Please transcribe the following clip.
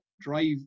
drive